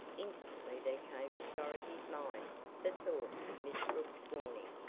instantly there came to dorothy's mind the thought of miss brooks' warning,